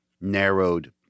narrowed